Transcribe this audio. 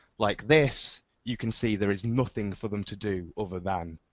like this, you can see there's nothing for them to do over them.